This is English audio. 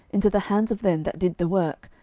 into the hands of them that did the work,